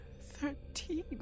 Thirteen